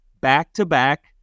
back-to-back